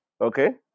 Okay